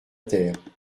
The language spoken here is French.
terre